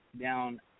down